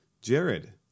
Jared